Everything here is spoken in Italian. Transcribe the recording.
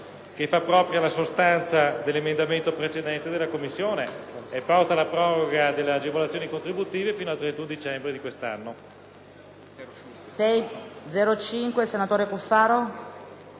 che fa propria la sostanza dell'emendamento precedente della Commissione, portando la proroga delle agevolazioni contributive fino al 31 dicembre di quest'anno.